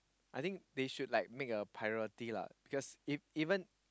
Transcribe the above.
I think they should like make a priority lah cause if even